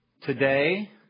today